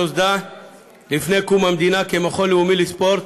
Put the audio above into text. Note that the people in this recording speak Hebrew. שנוסדה לפני קום המדינה כמכון לאומי לספורט